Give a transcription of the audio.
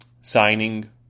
signing